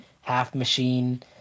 half-machine